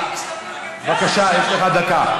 בבקשה, יש לך דקה.